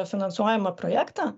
finansuojamą projektą